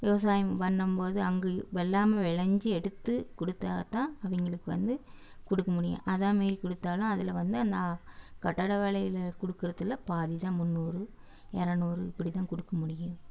விவசாயம் பண்ணும்போது அங்கே வெள்ளாமை விளைஞ்சி எடுத்து கொடுத்தாதான் அவங்களுக்கு வந்து கொடுக்க முடியும் அதே மாரி கொடுத்தாலும் அதில் வந்து நான் கட்டட வேலையில் கொடுக்கறதுல பாதிதான் முந்நூறு இரநூறு இப்படிதான் கொடுக்க முடியும்